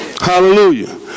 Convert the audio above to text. Hallelujah